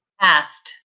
Past